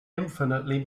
infinitely